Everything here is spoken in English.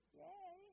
yay